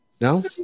No